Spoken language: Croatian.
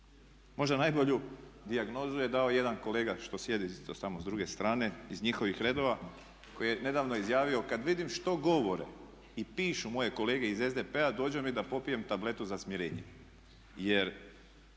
Možda najbolju dijagnozu je dao jedan kolega što sjedi isto tamo s druge strane iz njihovih redova koji je nedavno izjavio kad vidim što govore i pišu moje kolege iz SDP-a dođe mi da popijem tabletu za smirenje.